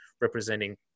representing